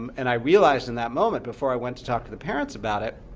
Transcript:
and i realized in that moment, before i went to talk to the parents about it,